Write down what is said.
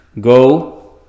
Go